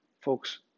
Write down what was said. Folks